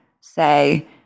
say